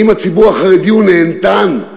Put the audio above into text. האם הציבור החרדי הוא נהנתן?